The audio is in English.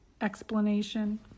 explanation